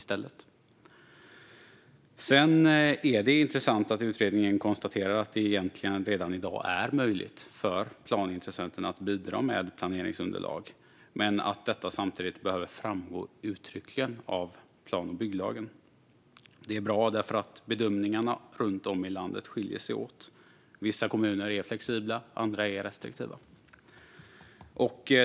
Det är intressant att utredningen konstaterar att det egentligen redan i dag är möjligt för planintressenterna att bidra med planeringsunderlag men att detta samtidigt behöver framgå uttryckligen av plan och bygglagen. Det är bra därför att bedömningarna runt om i landet skiljer sig åt - vissa kommuner är flexibla; andra är restriktiva.